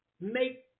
make